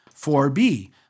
4b